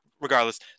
regardless